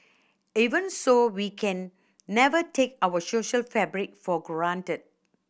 even so we can never take our social fabric for granted